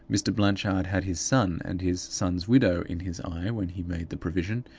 mr. blanchard had his son and his son's widow in his eye when he made the provision.